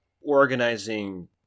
organizing